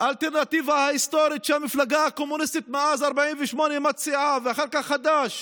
האלטרנטיבה ההיסטורית שהמפלגה הקומוניסטית מאז 48' מציעה ואחר כך חד"ש